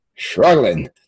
Struggling